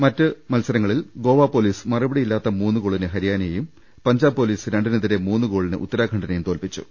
മറ്റൊരു മത്സരത്തിൽ ഗോവ പൊലീസ് മറുപടിയില്ലാത്ത മൂന്നുഗോളിന് ഹരിയാനയെയും പഞ്ചാബ് പൊലീസ് രണ്ടിനെതിരെ മൂന്ന് ഗോളിന് ഉത്തരാഖണ്ഡിനെയും തോൽപ്പിച്ചു